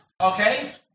Okay